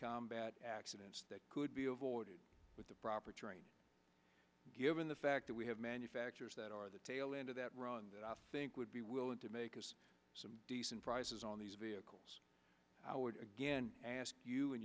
combat accidents that could be avoided with the proper training given the fact that we have manufacturers that are tail end of that run that i think would be willing to make some decent prices on these vehicles i would again ask you